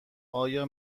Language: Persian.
آیا